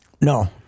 No